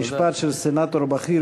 משפט של סנטור בכיר,